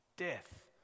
death